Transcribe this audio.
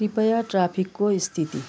कृपया ट्राफिकको स्थिति